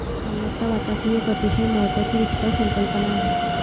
मालमत्ता वाटप ही एक अतिशय महत्वाची वित्त संकल्पना आहे